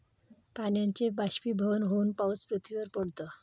पाण्याचे बाष्पीभवन होऊन पाऊस पृथ्वीवर पडतो